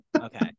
Okay